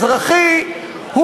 אזרחי,